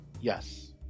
Yes